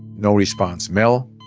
no response. mel.